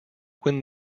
win